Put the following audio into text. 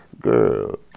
Girl